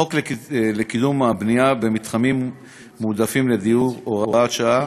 חוק לקידום הבנייה במתחמים מועדפים לדיור (הוראת שעה)